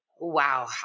Wow